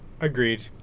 Agreed